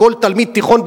כל תלמיד תיכון,